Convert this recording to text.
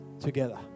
together